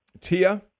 Tia